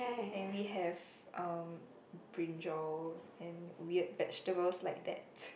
and we have um brinjal and weird vegetables like that